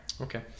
Okay